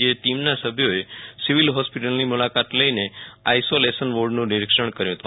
જે ટીમના સભ્યોએ સિવિલ હોસ્પિટલની મુલાકાત લઈને આઈસોલેશન વોર્ડનું નિરીક્ષણ કર્યું હતું